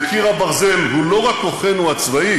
וקיר הברזל הוא לא רק כוחנו הצבאי,